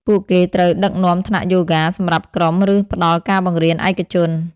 ពួកគេត្រូវ ដឹកនាំថ្នាក់យូហ្គា សម្រាប់ក្រុម ឬផ្តល់ការបង្រៀនឯកជន។